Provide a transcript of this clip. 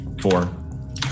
four